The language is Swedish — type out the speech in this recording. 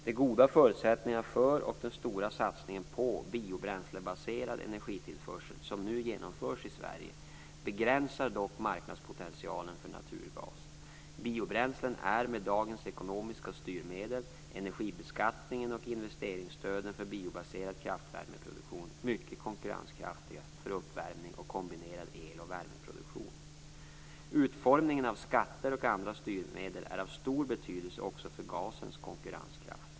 De goda förutsättningarna för och den stora satsningen på biobränslebaserad energitillförsel som nu genomförs i Sverige begränsar dock marknadspotentialen för naturgas. Biobränslen är med dagens ekonomiska styrmedel - energibeskattningen och investeringsstöden för biobaserad kraftvärmeproduktion - mycket konkurrenskraftiga för uppvärmning och kombinerad el och värmeproduktion. Utformningen av skatter och andra styrmedel är av stor betydelse också för gasens konkurrenskraft.